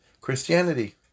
Christianity